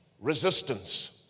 resistance